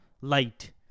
light